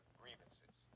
grievances